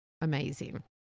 amazing